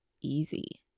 easy